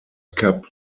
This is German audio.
cup